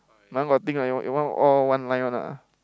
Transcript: my one got thing lah your one your one all one line one lah